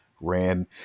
ran